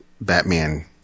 Batman